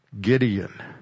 Gideon